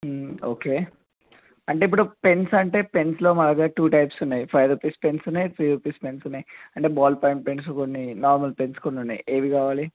okay అంటే ఇప్పుడు pens అంటే పెన్స్లో మా దగ్గర టూ టైప్స్ ఉన్నాయి ఫైవ్ రూపీస్ పెన్సు ఉన్నాయి త్రీ రూపీస్ పెన్సు ఉన్నాయి అంటే బాల్ పాయింట్ పెన్స్ కొన్ని నార్మల్ పెన్స్ కొన్ని ఏవి కావాలి